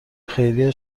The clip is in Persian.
خیریه